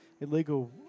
illegal